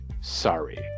sorry